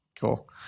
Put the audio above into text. Cool